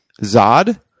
Zod